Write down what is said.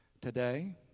today